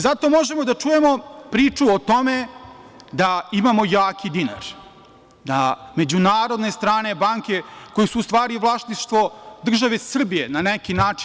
Zato možemo da čujemo priču o tome da imamo jak dinar, da međunarodne strane banke, koje su u stvari vlasništvo države Srbije na neki način.